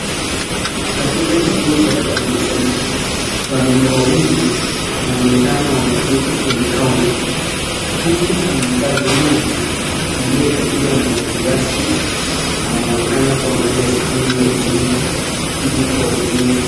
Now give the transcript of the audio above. Katika kituo cha Huduma Center, wanaume wawili wana onekana wame keti kwenye kaunta huku mfanyikazi mmoja alie valia mavazi rasmi anaonekana kuangalia skrini ya kompyuta ili kuwahudumia.